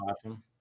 awesome